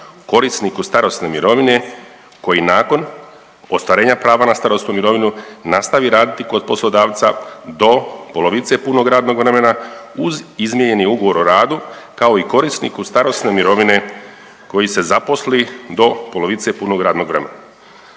korisniku starosne mirovine koji nakon ostvarenja prava na starosnu mirovinu nastavi raditi kod poslodavca do polovice punog radnog vremena uz izmijenjeni ugovor o radu, kao i korisniku starosne mirovine koji se zaposli do polovice punog radnog vremena.